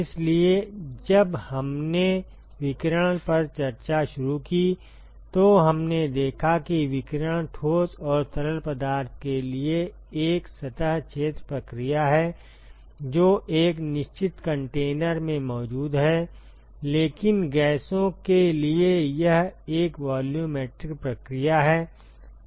इसलिए जब हमने विकिरण पर चर्चा शुरू की तो हमने देखा कि विकिरण ठोस और तरल पदार्थ के लिए एक सतह क्षेत्र प्रक्रिया है जो एक निश्चित कंटेनर में मौजूद है लेकिन गैसों के लिए यह एक वॉल्यूमेट्रिक प्रक्रिया है